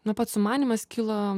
na pats sumanymas kilo